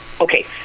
okay